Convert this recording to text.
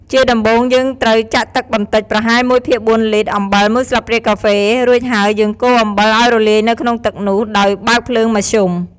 ជាដំំបូងយើងត្រូវចាក់ទឹកបន្តិច ប្រហែល ១ភាគ៤លីត្រ អំបិល ១ស្លាបព្រាកាហ្វេ រួចហើយយើងកូរអំបិលឱ្យរលាយនៅក្នុងទឹកនោះ ដោយបើកភ្លើងមធ្យម។